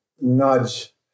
Nudge